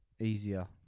easier